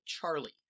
Charlie